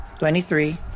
23